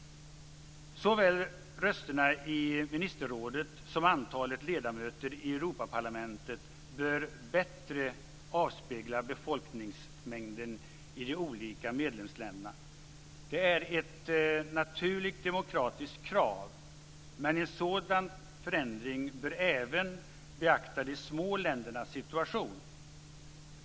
Såväl rösterna i ministerrådet som antalet ledamöter i Europaparlamentet bör bättre avspegla folkmängden i de olika medlemsländerna. Det är ett naturligt demokratiskt krav, men en sådan förändring bör även beakta de små ländernas situation.